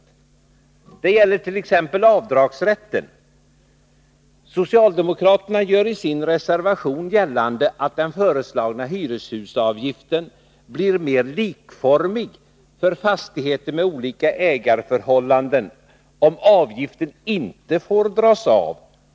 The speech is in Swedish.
Detta gäller t.ex. beträffande avdragsrätten. Socialdemokraterna gör i sin reservation gällande att den föreslagna hyreshusavgiften blir mer likformig för fastigheter med olika ägarförhållanden, om avgiften inte får dras av.